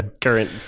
current